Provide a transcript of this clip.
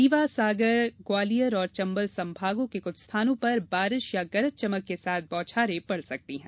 रीवा सागर ग्वालियर और चंबल संभाग के जिलों में कुछ स्थानों पर बारिश या गरज चमक के साथ बौछारें पड़ सकती है